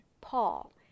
Paul